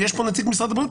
יש פה נציג משרד הבריאות,